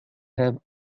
have